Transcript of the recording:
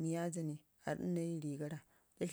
miyaja ne arɗi nayi sigara